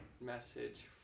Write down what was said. message